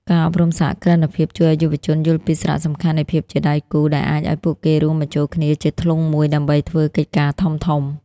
ការអប់រំសហគ្រិនភាពជួយឱ្យយុវជនយល់ពី "សារៈសំខាន់នៃភាពជាដៃគូ" ដែលអាចឱ្យពួកគេរួមបញ្ចូលគ្នាជាធ្លុងមួយដើម្បីធ្វើកិច្ចការធំៗ។